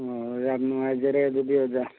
ꯑꯣ ꯌꯥꯝ ꯅꯨꯡꯉꯥꯏꯖꯔꯦ ꯑꯗꯨꯗꯤ ꯑꯣꯖꯥ